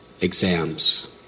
exams